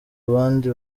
abandi